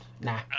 nah